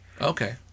Okay